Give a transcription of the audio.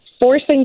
Forcing